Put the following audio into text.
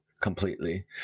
completely